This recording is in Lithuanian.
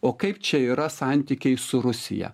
o kaip čia yra santykiai su rusija